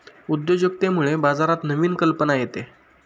उद्योजकतेमुळे बाजारात नवीन कल्पना येते